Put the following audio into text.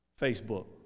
Facebook